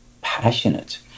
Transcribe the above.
passionate